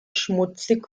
schmutzig